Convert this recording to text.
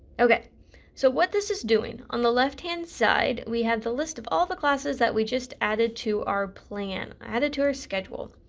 okay so what this is doing, on the left hand side we have the list of all the class that we just added to our plan. added to our schedule.